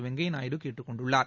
வெங்கைய நாயுடு கேட்டுக் கொண்டுள்ளார்